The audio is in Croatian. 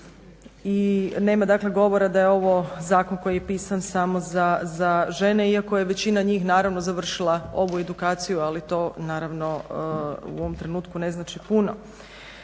i nema dakle govora da je ovo zakon koji je pisan samo za žene iako je većina njih naravno završila ovu edukaciju ali to naravno u ovom trenutku ne znači puno.